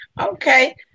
Okay